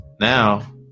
now